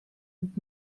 und